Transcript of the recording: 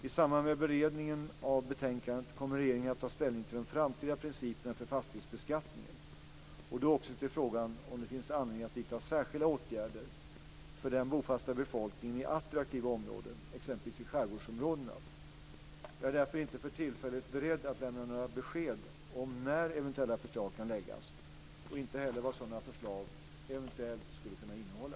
I samband med beredningen av betänkandet kommer regeringen att ta ställning till de framtida principerna för fastighetsbeskattningen och då också till frågan om det finns anledning att vidta särskilda åtgärder för den bofasta befolkningen i attraktiva områden, exempelvis i skärgårdsområdena. Jag är därför inte för tillfället beredd att lämna några besked om när eventuella förslag kan läggas fram och inte heller vad sådana förslag eventuellt skulle kunna innehålla.